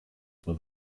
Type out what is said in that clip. were